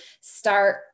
start